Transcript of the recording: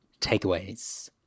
takeaways